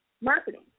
marketing